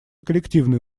коллективные